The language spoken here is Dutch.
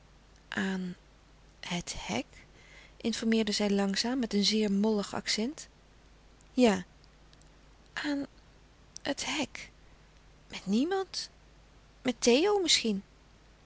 aan het hek informeerde zij langzaam met een zeer mollig accent ja aan het hek met niemand met theo misschien